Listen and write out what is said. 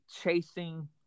chasing